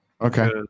Okay